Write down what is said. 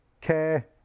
care